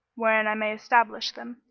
wherein i may establish them,